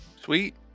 sweet